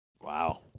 Wow